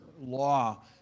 law